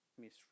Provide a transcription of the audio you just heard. Miss